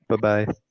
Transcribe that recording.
Bye-bye